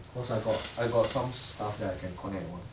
cause I got I got some stuff I can connect [one]